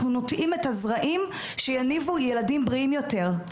אנחנו נוטעים את הזרעים שיניבו ילדים בריאים יותר.